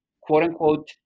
quote-unquote